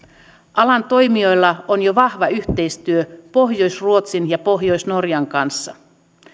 alan toimijoilla on jo vahva yhteistyö pohjois ruotsin ja pohjois norjan kanssa